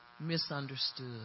misunderstood